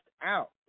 out